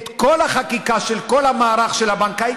את כל החקיקה על כל המערך של הבנקאים,